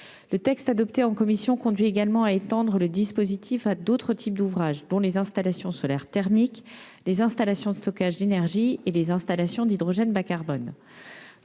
le texte adopté en commission conduit également à étendre le dispositif à d'autres types d'ouvrages, dont les installations solaires thermiques, les installations de stockage d'énergie et les installations d'hydrogène bas-carbone.